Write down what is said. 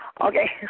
Okay